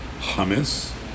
hummus